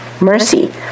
mercy